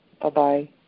Bye-bye